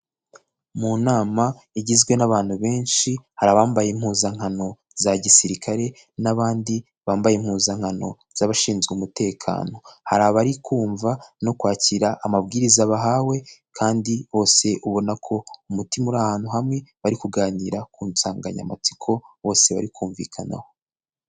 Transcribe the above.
Mu nama igizwe n'abantu benshi hari abambaye impuzankano za gisirikare n'abandi bambaye impuzankano z'abashinzwe umutekano, hari abari kumva no kwakira amabwiriza bahawe kandi bose ubona ko umutima uri ahantu hamwe bari kuganira ku nsanganyamatsiko bose bari kumvikanaho.